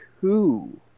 two